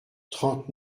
trente